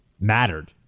mattered